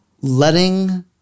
letting